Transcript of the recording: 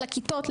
לכיתות,